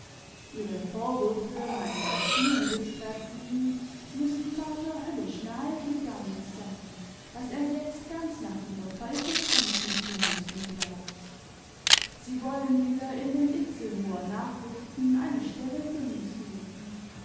ihre vorwürfe meine erziehung betreffend müssen vater höllisch nahe gegangen sein daß er jetzt ganz nach ihrer pfeife tanzen zu müssen glaubt sie wollen wieder in den itzehoer nachrichten eine stelle für mich suchen